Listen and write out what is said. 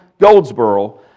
Goldsboro